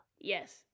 Yes